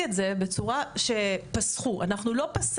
את זה כאילו שפסחו אנחנו לא פסחנו,